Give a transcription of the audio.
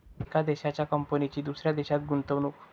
एका देशाच्या कंपनीची दुसऱ्या देशात गुंतवणूक